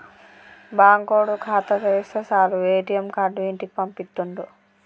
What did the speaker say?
బాంకోడు ఖాతా తెరిస్తె సాలు ఏ.టి.ఎమ్ కార్డు ఇంటికి పంపిత్తుండు